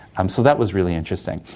um so that was really interesting.